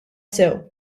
sew